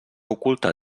oculta